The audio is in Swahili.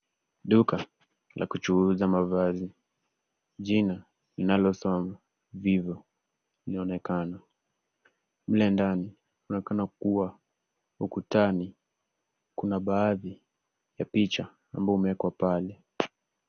Duka la kuchuuza mavazi. Jina linalosoma Vivo yaonekana. Mle ndani kunaonekana kuwa ukutani kuna baadhi ya picha ambao umewekwa pale.